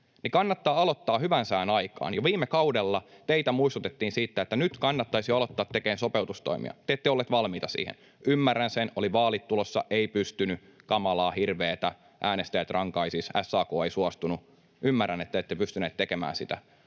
Kannattaa aloittaa hyvän sään aikaan. Jo viime kaudella teitä muistutettiin siitä, että nyt kannattaisi jo aloittaa tekemään sopeutustoimia. Te ette olleet valmiita siihen. Ymmärrän sen: oli vaalit tulossa, ei pystynyt, kamalaa, hirveätä, äänestäjät rankaisisivat, SAK ei suostunut. Ymmärrän, että ette pystyneet tekemään sitä,